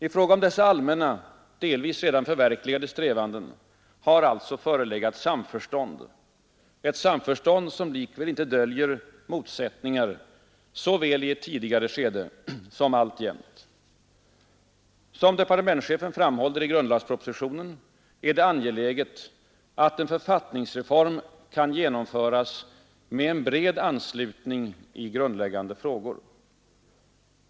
I fråga om dessa allmänna, delvis redan förverkligade strävanden har alltså förelegat samförstånd, ett samförstånd som likväl icke döljer motsättningar såväl i tidigare skede som alltjämt. Som departementschefen framhåller i grundlagspropositionen är det angeläget att en författningsreform kan genomföras med en bred anslutning i grundläggande frågor.